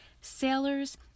Sailors